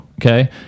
Okay